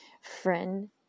friend